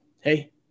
hey